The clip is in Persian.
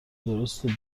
درسته